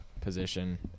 position